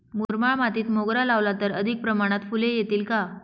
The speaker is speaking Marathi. मुरमाड मातीत मोगरा लावला तर अधिक प्रमाणात फूले येतील का?